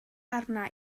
arna